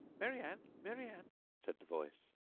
mary ann! mary ann said the voice.